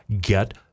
Get